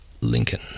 Lincoln